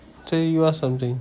சேரி:seri you ask something